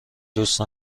دوست